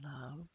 love